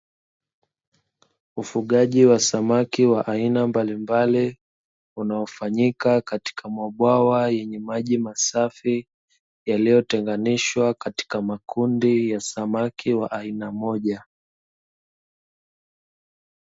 Ufugaji wa samaki wa aina mbalimbali, unaofanyika katika mabwawa yenye maji masafi, yaliyotenganishwa katika makundi ya samaki wa aina moja.